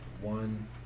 one